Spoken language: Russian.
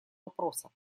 вопроса